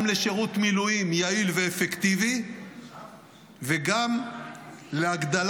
גם לשירות מילואים יעיל ואפקטיבי וגם להגדלת